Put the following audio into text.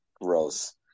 gross